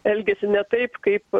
elgiasi ne taip kaip